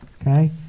Okay